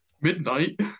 Midnight